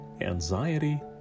anxiety